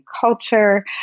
culture